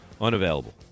Unavailable